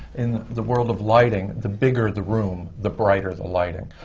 in the world of lighting, the bigger the room, the brighter the lighting.